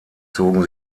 zogen